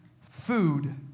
food